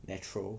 natural